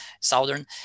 southern